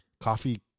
coffee